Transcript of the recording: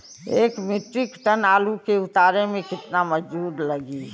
एक metric ton आलू के उतारे मे कितना मजदूर लागि?